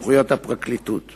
להלן תשובת לשכת פרקליט המדינה: